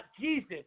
Jesus